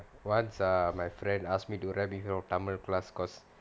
once ah my friend ask me to rap with her for tamil class course